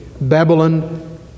Babylon